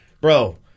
bro